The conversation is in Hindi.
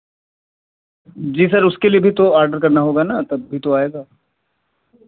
जी सर उसके लिए भी तो ऑर्डर करना होगा ना तभी तो आएगा